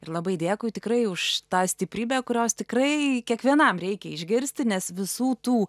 ir labai dėkui tikrai už tą stiprybę kurios tikrai kiekvienam reikia išgirsti nes visų tų